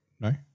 no